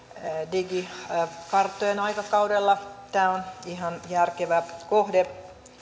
digikarttojen aikakaudella ihan järkevä kohde